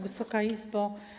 Wysoka Izbo!